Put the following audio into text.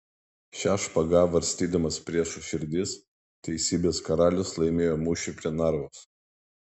šia špaga varstydamas priešų širdis teisybės karalius laimėjo mūšį prie narvos